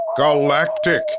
Galactic